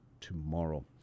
tomorrow